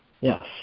Yes